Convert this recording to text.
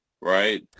right